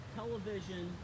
television